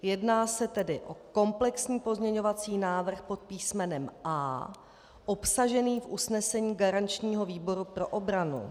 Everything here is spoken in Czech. Jedná se tedy o komplexní pozměňovací návrh pod písmenem A obsažený v usnesení garančního výboru pro obranu.